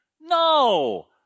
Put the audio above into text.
No